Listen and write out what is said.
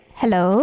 Hello